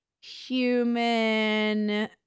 human